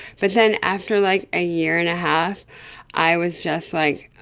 but then after like a year and a half i was just, like,